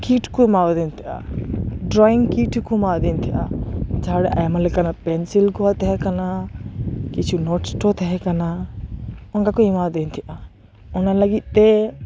kit ᱠᱚ ᱮᱢᱟᱣᱟᱫᱤᱧ ᱛᱟᱦᱮᱜᱼᱟ ᱰᱨᱚᱭᱤᱝ ᱠᱤᱴ ᱦᱚᱠᱚ ᱮᱢᱟ ᱫᱤᱧ ᱛᱟᱦᱮᱜᱼᱟ ᱡᱟᱦᱟᱸ ᱨᱮ ᱟᱭᱢᱟ ᱞᱮᱠᱟᱱᱟᱜ ᱯᱮᱱᱥᱤᱞ ᱠᱚᱦᱚᱸ ᱛᱟᱦᱮᱸ ᱠᱟᱱᱟ ᱠᱤᱪᱷᱩ ᱱᱳᱥᱴᱚ ᱛᱟᱦᱮᱸ ᱠᱟᱱᱟ ᱚᱱᱠᱟ ᱠᱚ ᱮᱢᱟ ᱫᱤᱧ ᱛᱟᱦᱮᱜᱼᱟ ᱚᱱᱟ ᱞᱟᱹᱜᱤᱫ ᱛᱮ